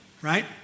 right